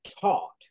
taught